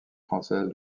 française